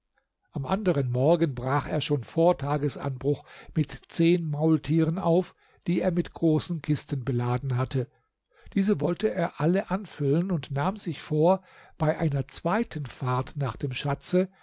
am anderen morgen brach er schon vor tagesanbruch mit zehn maultieren auf die er mit großen kisten beladen hatte diese wollte er alle anfüllen und nahm sich vor bei einer zweiten fahrt nach dem schatz